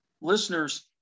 listeners